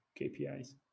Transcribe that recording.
KPIs